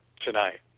tonight